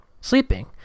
sleeping